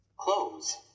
clothes